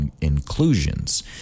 inclusions